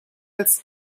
als